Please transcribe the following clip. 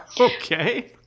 Okay